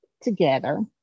together